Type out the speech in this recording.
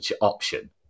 option